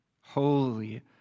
holy